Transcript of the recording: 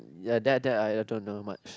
ya that that I don't know much